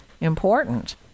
important